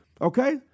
Okay